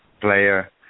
player